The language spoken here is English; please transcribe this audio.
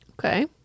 Okay